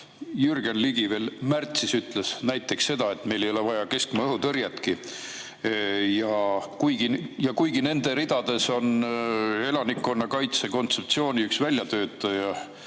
Jürgen Ligi veel märtsis ütles näiteks seda, et meil ei ole vaja keskmaa õhutõrjetki. Ja kuigi nende ridades on elanikkonnakaitse kontseptsiooni üks väljatöötaja